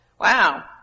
wow